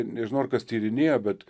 nežinau ar kas tyrinėjo bet